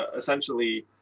essentially,